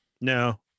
No